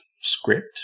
script